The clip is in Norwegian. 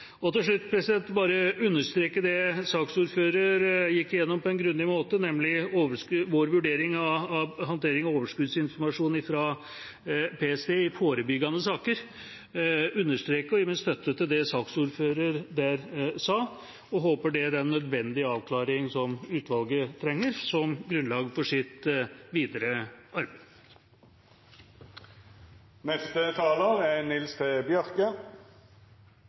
Til slutt vil jeg bare understreke det som saksordføreren gikk igjennom på en grundig måte, nemlig vår vurdering av håndteringen av overskuddsinformasjon fra PST i forebyggende saker. Jeg vil understreke og gi min støtte til det saksordføreren sa om det, og håper det gir den nødvendige avklaringen som utvalget trenger som grunnlag for sitt videre arbeid. Først vil eg takka saksordføraren for godt arbeid. Me er